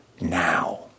now